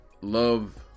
love